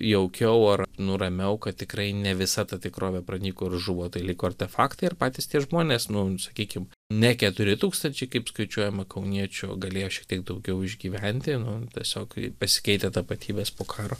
jaukiau ar nu ramiau kad tikrai ne visa ta tikrovė pranyko ir žuvo tai liko artefaktai ir patys tie žmonės nu sakykim ne keturi tūkstančiai kaip skaičiuojama kauniečių galėjo šiek tiek daugiau išgyventi nu tiesiog pasikeitę tapatybes po karo